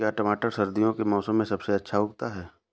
क्या टमाटर सर्दियों के मौसम में सबसे अच्छा उगता है?